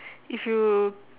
if you